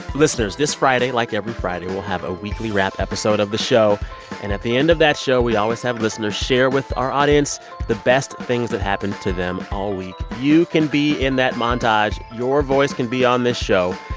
listeners, this friday like every friday we'll have a weekly wrap episode of the show. and at the end of that show, we always have listeners share with our audience the best things that happened to them all week. you can be in that montage. your voice can be on this show.